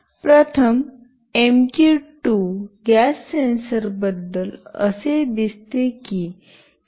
प्रथम MQ 2 gas सेन्सरबद्दल असे दिसते की काहीसे असे आहे